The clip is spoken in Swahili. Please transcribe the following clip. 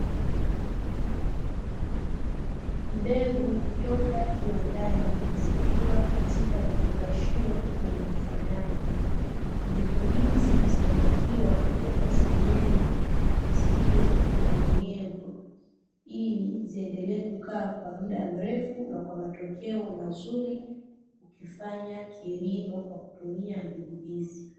Mbegu kutoka kiwandani, zikiwa katika vifungashio vyenye kufanana. Mbegu hizi zinatakiwa kutunzwa sehemu isiyo na unyevu, ili ziendelee kukaa kwa muda mrefu na kwa matokeo mazuri, kufanya kilimo kwa kutumia mbegu hizi.